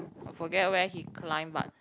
I forget where he climb but